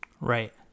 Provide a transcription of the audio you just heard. right